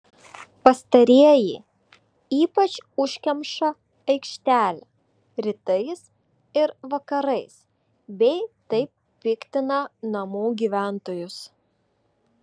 pastarieji ypač užkemša aikštelę rytais ir vakarais bei taip piktina namų gyventojus